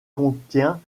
contient